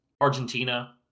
Argentina